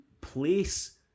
place